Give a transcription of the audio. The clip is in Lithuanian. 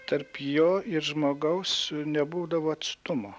tarp jo ir žmogaus nebūdavo atstumo